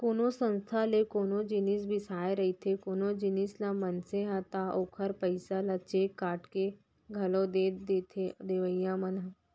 कोनो संस्था ले कोनो जिनिस बिसाए रहिथे कोनो जिनिस ल मनसे ह ता ओखर पइसा ल चेक काटके के घलौ दे देथे देवइया मन ह